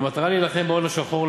במטרה להילחם בהון השחור,